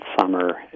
summer